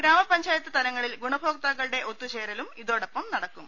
ഗ്രാമപഞ്ചായത്ത് തലങ്ങളിൽ ഗുണഭോക്താക്കളുടെ ഒത്തു ചേരലും ഇതോടൊപ്പം നടക്കും